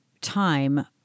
time